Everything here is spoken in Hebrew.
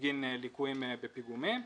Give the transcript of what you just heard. בגין ליקויים בפיגומים,